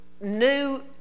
new